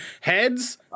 Heads